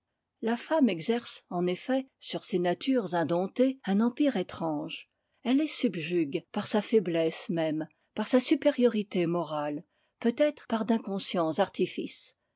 la femme exerce en effet sur ces natures indomptées un empire étrange elle les subjugue par sa faiblesse même par sa supériorité morale peut-être par d'inconscients artifices